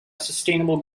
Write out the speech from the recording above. sustainable